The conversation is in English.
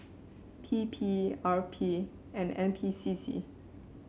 P P R P and N P C C